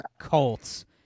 Colts